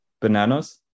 bananas